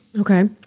Okay